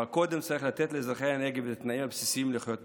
אבל קודם צריך לתת לאזרחי הנגב את התנאים הבסיסיים לחיות בכבוד.